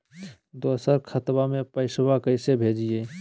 दोसर खतबा में पैसबा कैसे भेजिए?